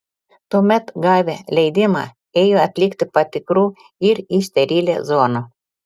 tuomet gavę leidimą ėjo atlikti patikrų ir į sterilią zoną